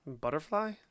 Butterfly